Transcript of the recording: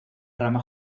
rama